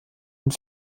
und